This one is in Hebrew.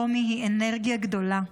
רומי היא אנרגיה גדולה,